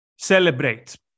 celebrate